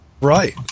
right